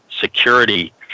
security